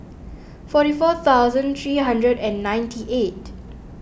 forty four thousand three hundred and ninety eight